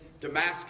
Damascus